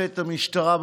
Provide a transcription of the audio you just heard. חבר הכנסת ישראל אייכלר,